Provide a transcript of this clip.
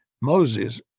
Moses